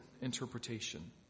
interpretation